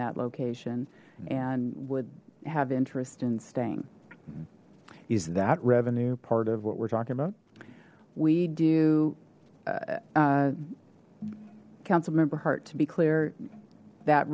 that location and would have interest in staying is that revenue part of what we're talking about we do councilmember hart to be clear that